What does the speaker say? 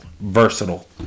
versatile